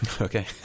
Okay